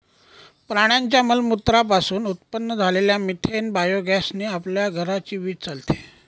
प्राण्यांच्या मलमूत्रा पासून उत्पन्न झालेल्या मिथेन बायोगॅस ने आपल्या घराची वीज चालते